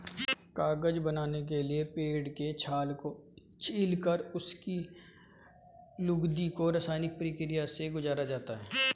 कागज बनाने के लिए पेड़ के छाल को छीलकर उसकी लुगदी को रसायनिक प्रक्रिया से गुजारा जाता है